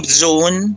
zone